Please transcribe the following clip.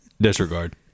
disregard